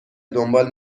دنبال